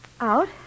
Out